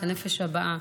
להציל את הנפש הבאה,